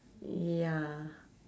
ya